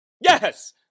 Yes